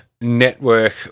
Network